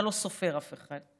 אתה לא סופר אף אחד.